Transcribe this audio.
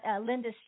Linda